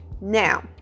now